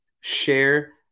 share